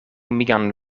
mian